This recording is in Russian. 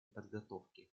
подготовки